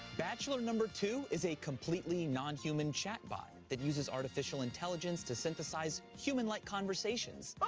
bachelor number two is a completely non-human chat bot that uses artificial intelligence to synthesize human-like conversations. okay.